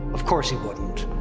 of course he wouldn't.